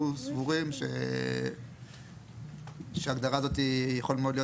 אנחנו סבורים שההגדרה הזאת יכול מאוד להיות